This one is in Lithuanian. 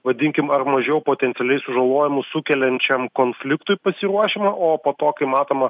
vadinkim ar mažiau potencialiai sužalojimus sukeliančiam konfliktui pasiruošiama o po to kai matoma